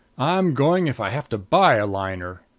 i'm going if i have to buy a liner!